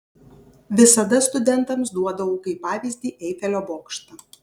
visada studentams duodavau kaip pavyzdį eifelio bokštą